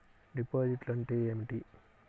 డిపాజిట్లు అంటే ఏమిటి?